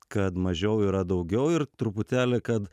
kad mažiau yra daugiau ir truputėlį kad